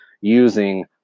using